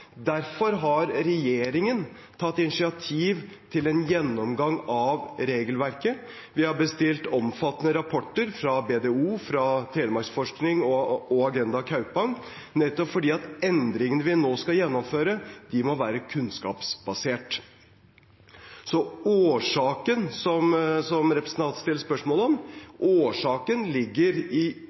Derfor har regjeringen tatt initiativ til en gjennomgang av regelverket. Vi har bestilt omfattende rapporter fra BDO, fra Telemarksforskning og fra Agenda Kaupang, nettopp fordi de endringene vi nå skal gjennomføre, må være kunnskapsbasert. Så årsaken, som representanten stiller spørsmål om, ligger i